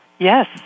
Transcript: Yes